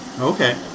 Okay